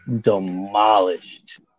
demolished